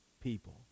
people